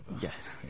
Yes